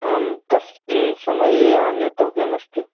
आम् कस्मिन् समये आनेतव्यमस्ति